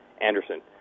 Anderson